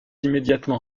immédiatement